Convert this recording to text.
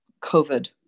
COVID